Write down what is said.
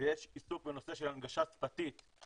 ויש עיסוק בנושא של הנגשה שפתית,